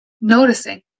noticing